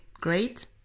great